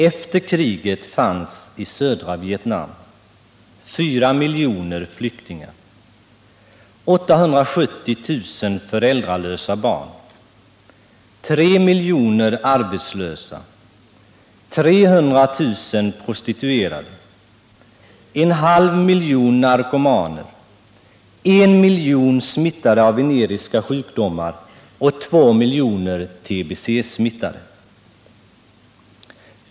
Efter kriget fanns det i södra Vietnam 4 miljoner flyktingar, 870 000 föräldralösa barn, 3 miljoner arbetslösa, 300 000 prostituerade, 500 000 narkomaner, I miljon smittade av veneriska sjukdomar och 2 miljoner tbesmittade.